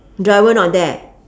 driver not there